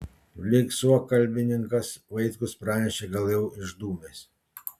lyg suokalbininkas vaitkus pranešė gal jau išdūmęs